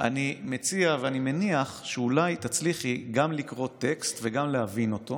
אני מציע ואני מניח שאולי תצליחי גם לקרוא טקסט וגם להבין אותו